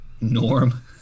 Norm